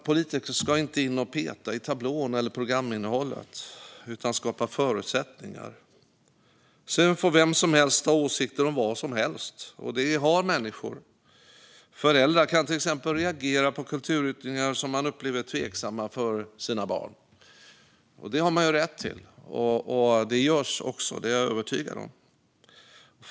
Politiker ska inte gå in och peta i tablån eller programinnehållet, utan skapa förutsättningar. Sedan får vem som helst ha åsikter om vad som helst - och det har människor. Föräldrar kan till exempel reagera på kulturyttringar som man upplever som tveksamma för sina barn. Det har man rätt till, och jag är övertygad om att det också görs.